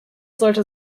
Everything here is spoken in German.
sollte